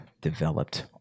developed